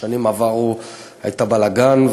בשנים עברו היה בלגן,